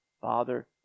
father